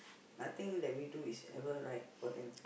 nothing we do is never right for them